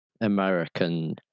American